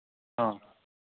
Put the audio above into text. ᱦᱮᱸ